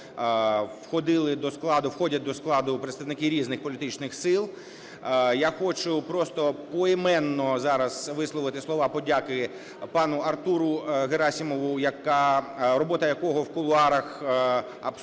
входять до її складу представники різних політичних сил. Я хочу просто поіменно зараз висловити слова подяки. Пану Артуру Герасимову, робота якого в кулуарах, абсолютно